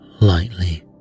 lightly